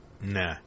Nah